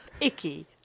Icky